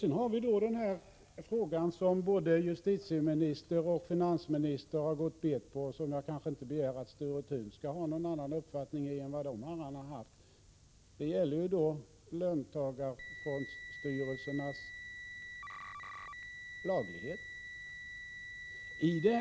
Sedan har vi den fråga som både justitieministern och finansministern har gått bet på och som jag inte kan begära att Sture Thun skall ha någon annan uppfattning om än vad de har haft, nämligen löntagarfondsstyrelsernas laglighet.